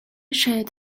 shared